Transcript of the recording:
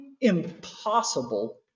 impossible